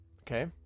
okay